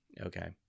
Okay